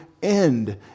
end